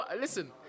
Listen